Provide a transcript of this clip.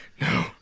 no